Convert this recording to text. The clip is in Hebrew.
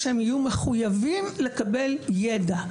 שיהיו מחויבים לקבל ידע.